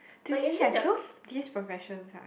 do they have those these professions ah